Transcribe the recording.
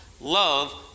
Love